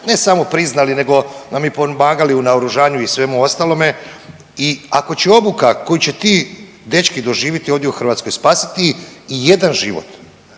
ne samo priznali nego nam i pomagali u naoružanju i svemu ostalome i ako će obuka koju će ti dečki doživjeti ovdje u Hrvatskoj spasiti i jedan život